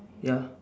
ya